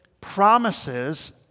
promises